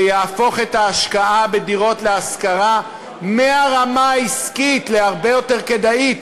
זה יהפוך את ההשקעה בדירות להשכרה מהרמה העסקית להרבה יותר כדאית,